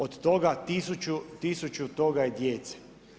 Od toga, 1000 od toga je djeca.